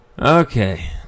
Okay